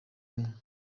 umwe